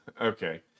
okay